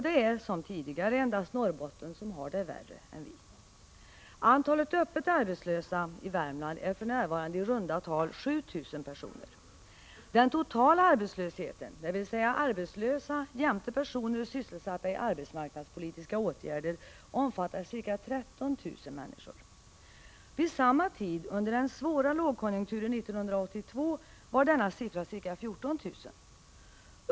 Det är, som tidigare, endast Norrbotten som har det värre än vi. Antalet öppet arbetslösa i Värmland är för närvarande i runda tal 7 000 personer. Den totala arbetslösheten, dvs. arbetslösa jämte personer sysselsatta i arbetsmarknadspolitiska åtgärder, omfattar ca 13 000 personer. Vid samma tid under den svåra lågkonjunkturen 1982 var denna siffra ca 14 000.